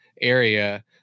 area